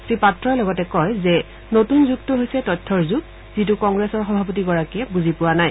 শ্ৰীপাত্ৰই লগতে কয় যে এই নতুন যুগটো হৈছে তথ্যৰ যুগ যিটো কংগ্ৰেছৰ সভাপতিগৰাকীয়ে বুজি পোৱা নাই